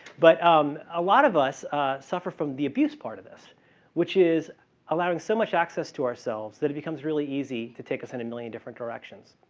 but um a lot of us suffer from the abuse part of this which is allowing so much access to ourselves that it becomes really easy to take us in a million different directions.